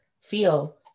feel